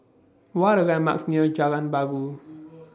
What Are The landmarks near Jalan Bangau